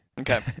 Okay